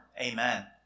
Amen